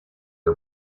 are